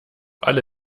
alle